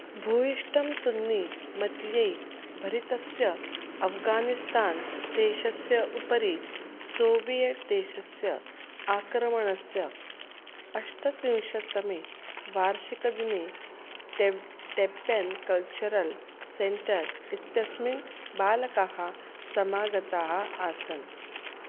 भूयिष्ठं सुन्नि मत्यै भरितस्य अफ़्गानिस्तान् देशस्य उपरि सोवियेट् देशस्य आक्रमणस्य अष्टत्रिंशत्तमे वार्षिकदिने टेब् टेप्पेन् कल्चरल् सेण्टर् इत्यस्मिन् बालकाः समागताः आसन्